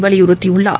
வலியுறுத்தியுள்ளார்